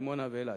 דימונה ואילת.